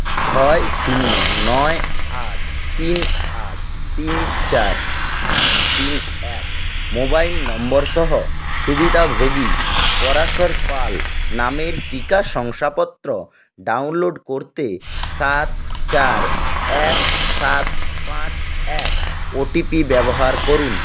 ছয় শূন্য নয় আট তিন আট তিন চার আট তিন এক মোবাইল নম্বর সহ সুবিধাভোগী পরাশর পাল নামের টিকা শংসাপত্র ডাউনলোড করতে সাত চার এক সাত পাঁচ এক ও টি পি ব্যবহার করুন